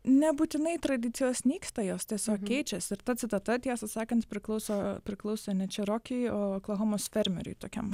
nebūtinai tradicijos nyksta jos tiesiog keičiasi ir ta citata tiesą sakant priklauso priklauso ne čeroky o oklahomos fermeriui tokiam